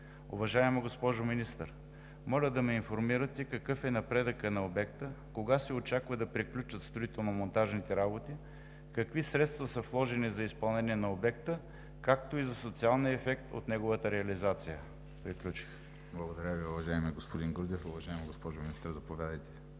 Уважаема госпожо Министър, моля да ме информирате какъв е напредъкът на обекта, кога се очаква да приключат строително-монтажните работи, какви средства са вложени за изпълнението на обекта, както и за социалния ефект от неговата реализация? Приключих. ПРЕДСЕДАТЕЛ ВЕСЕЛИН МАРЕШКИ: Благодаря Ви, уважаеми господин Грудев. Уважаема госпожо Министър, заповядайте